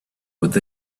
with